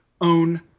own